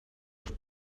els